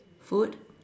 food